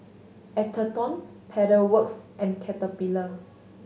Atherton Pedal Works and Caterpillar